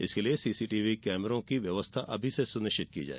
इसके लिए सीसीटीव्ही कैमरों की व्यवस्था अभी से सुनिश्चित करें